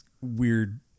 weird